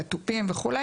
התופים וכו',